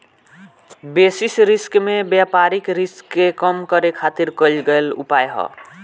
basis risk में व्यापारिक risk के कम करे खातिर कईल गयेल उपाय ह